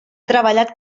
treballat